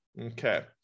Okay